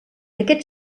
aquest